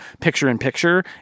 picture-in-picture